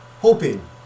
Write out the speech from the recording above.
hoping